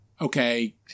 okay